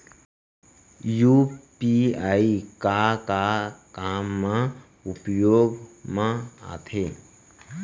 UPI का का काम मा उपयोग मा आथे?